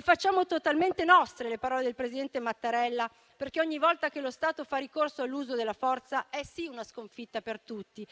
Facciamo totalmente nostre le parole del presidente Mattarella, perché, ogni volta che lo Stato fa ricorso all'uso della forza è, sì, una sconfitta per tutti.